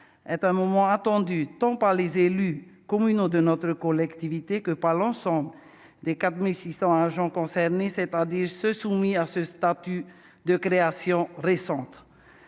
est un moment attendu tant par les élus communaux de notre collectivité que par l'ensemble des 4 600 agents concernés, c'est-à-dire ceux soumis à ce statut, de création récente.